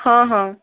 ହଁ ହଁ